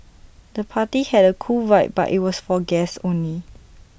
the party had A cool vibe but IT was for guests only